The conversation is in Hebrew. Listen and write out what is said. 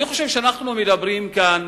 אני חושב שאנחנו מדברים כאן,